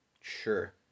Sure